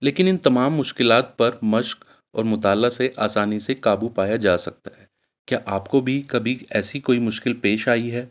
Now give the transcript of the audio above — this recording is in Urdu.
لیکن ان تمام مشکلات پر مشق اور مطالعہ سے آسانی سے قابو پایا جا سکتا ہے کیا آپ کو بھی کبھی ایسی کوئی مشکل پیش آئی ہے